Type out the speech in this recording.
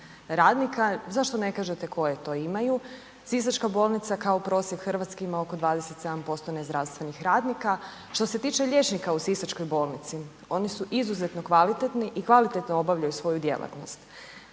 radnika, zašto ne kažete koje to imaju. Sisačka bolnica kao prosjek Hrvatske ima oko 27% nezdravstvenih radnika. Što se tiče liječnika u sisačkoj bolnici oni su izuzetno kvalitetni i kvalitetno obavljaju svoju djelatnost.